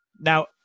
Now